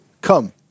come